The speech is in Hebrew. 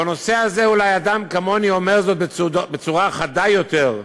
בנושא הזה אולי אדם כמוני אומר זאת בצורה חדה יותר,